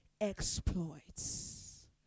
exploits